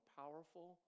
powerful